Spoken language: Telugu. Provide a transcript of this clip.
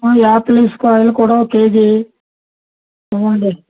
ఆపిల్స్ కాయలు కూడా ఒక కేజీ ఇవ్వండి